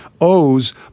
owes